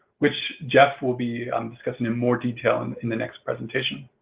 which jeff will be um discussing in more detail um in the next presentation.